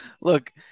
Look